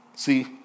See